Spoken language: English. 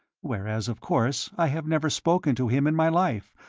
whereas, of course, i have never spoken to him in my life,